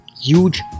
huge